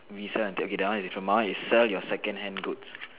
recent okay that one is different my one is sell your secondhand goods